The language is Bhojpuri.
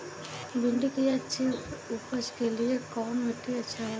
भिंडी की अच्छी उपज के लिए कवन मिट्टी अच्छा होला?